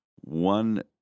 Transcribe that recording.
One